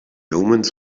omens